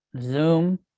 Zoom